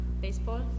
baseball